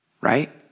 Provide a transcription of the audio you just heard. right